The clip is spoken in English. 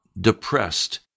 depressed